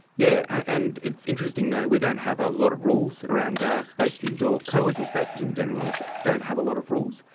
yeah and it's interesting though, we don't have a lot of rules around ah spacecubed. ah ah co-working spaces in general don't have a lot of rules.